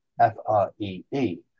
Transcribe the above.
f-r-e-e